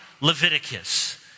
Leviticus